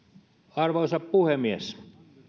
arvoisa puhemies